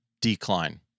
decline